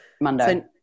Monday